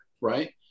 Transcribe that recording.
right